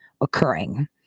occurring